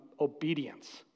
obedience